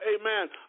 amen